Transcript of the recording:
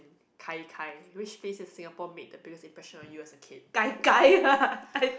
kai kai which place in Singapore made the biggest impression of you as a kid